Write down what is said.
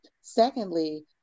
Secondly